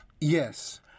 Yes